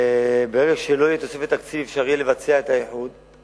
וברגע שלא תהיה תוספת תקציב לא יהיה אפשר לבצע את הפירוק.